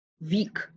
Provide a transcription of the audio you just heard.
weak